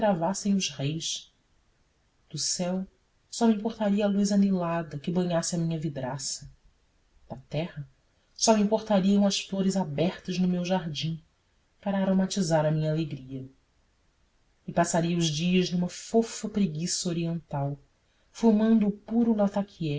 travassem os reis do céu só me importaria a luz anilada que banhasse a minha vidraça da terra só me importariam as flores abertas no meu jardim para aromatizar a minha alegria e passaria os dias numa fofa preguiça oriental fumando o puro